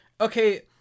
Okay